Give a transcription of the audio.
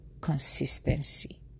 consistency